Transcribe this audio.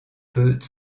peut